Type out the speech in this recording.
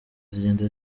zigenda